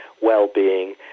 well-being